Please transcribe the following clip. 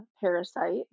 Parasite